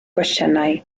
gwestiynau